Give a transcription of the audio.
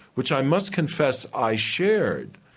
which i must confess i shared,